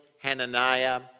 Hananiah